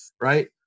right